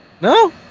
No